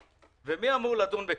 ומי אמור לדון בכך,